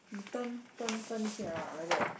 turn turn turn this thing around like that